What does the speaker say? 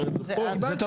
יפה מאוד, זה טוב.